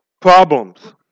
problems